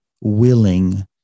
willing